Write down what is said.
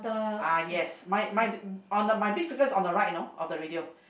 ah yes mine mine on the my big circle is on the right you know of the radio